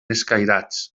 escairats